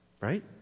right